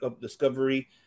Discovery